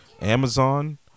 Amazon